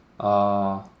oh